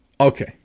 Okay